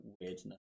weirdness